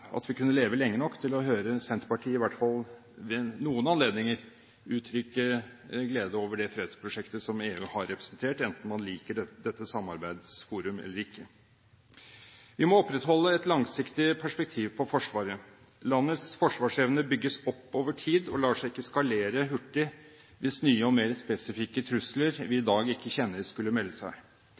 at vi kunne leve lenge nok til å høre Senterpartiet, i hvert fall ved noen anledninger, uttrykke glede over det fredsprosjektet som EU har representert, enten man liker dette samarbeidsforumet eller ikke. Vi må opprettholde et langsiktig perspektiv på Forsvaret. Landets forsvarsevne bygges opp over tid og lar seg ikke eskalere hurtig hvis nye og mer spesifikke trusler vi i dag ikke kjenner, skulle melde seg.